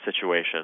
situation